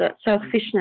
selfishness